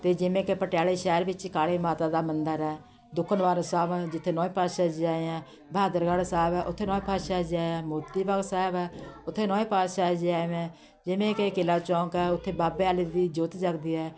ਅਤੇ ਜਿਵੇਂ ਕਿ ਪਟਿਆਲੇ ਸ਼ਹਿਰ ਵਿੱਚ ਕਾਲੀ ਮਾਤਾ ਦਾ ਮੰਦਰ ਆ ਦੂਖਨਿਵਾਰਨ ਸਾਹਿਬ ਆ ਜਿੱਥੇ ਨੌਵੇਂ ਪਾਤਸ਼ਾਹ ਜੀ ਆਏ ਹੈ ਬਹਾਦਰਗੜ੍ਹ ਸਾਹਿਬ ਆ ਉੱਥੇ ਨੌਵੇਂ ਪਾਤਸ਼ਾਹ ਜੀ ਆਏ ਹੈ ਮੋਤੀ ਬਾਗ ਸਾਹਿਬ ਹੈ ਓਥੇ ਨੌਵੇਂ ਪਾਤਸ਼ਾਹ ਜੀ ਆਏ ਵੇ ਹੈ ਜਿਵੇਂ ਕਿ ਕਿਲ੍ਹਾ ਚੌਕ ਹੈ ਉੱਥੇ ਬਾਬੇ ਆਲੀ ਦੀ ਜੋਤ ਜੱਗਦੀ ਹੈ